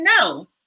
no